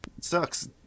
sucks